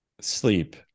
sleep